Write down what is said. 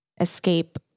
escape